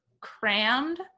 crammed